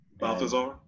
Balthazar